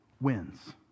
wins